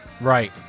right